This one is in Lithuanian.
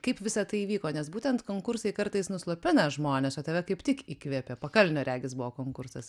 kaip visa tai įvyko nes būtent konkursai kartais nuslopina žmones o tave kaip tik įkvėpė pakalnio regis buvo konkursas